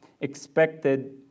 expected